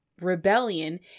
rebellion